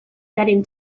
garen